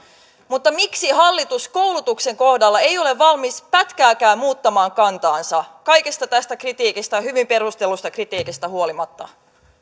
mutta miksi hallitus koulutuksen kohdalla ei ole valmis pätkääkään muuttamaan kantaansa kaikesta tästä hyvin perustellusta kritiikistä huolimatta